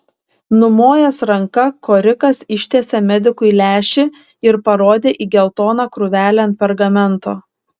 numojęs ranka korikas ištiesė medikui lęšį ir parodė į geltoną krūvelę ant pergamento